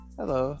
Hello